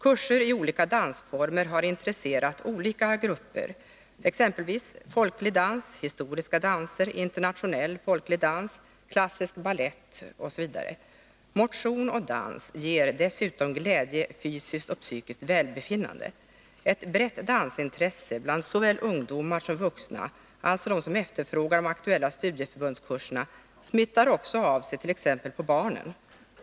Kurser i olika dansformer har intresserat olika grupper. Så är fallet beträffande exempelvis folklig dans, historiska danser, internationell folklig dans, klassisk balett osv. Motion och dans ger dessutom glädje samt fysiskt och psykiskt välbefinnande. Ett brett dansintresse bland såväl ungdomar som vuxna, alltså bland dem som efterfrågar de aktuella studieförbundskurserna, smittar också av sig t.ex. på barnen.